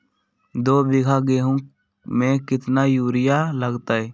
दो बीघा गेंहू में केतना यूरिया लगतै?